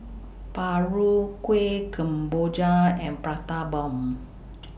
Paru Kueh Kemboja and Prata Bomb